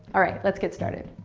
alright, let's get started.